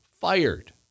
fired